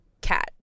cat